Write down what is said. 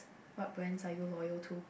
what brands are you loyal to